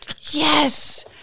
Yes